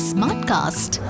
Smartcast